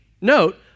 note